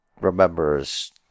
remembers